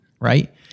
right